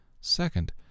Second